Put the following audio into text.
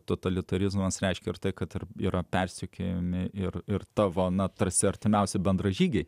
totalitarizmas reiškia ir tai kad yra persekiojami ir ir tavo na tarsi artimiausi bendražygiai